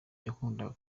yakundaga